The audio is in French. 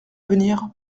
venir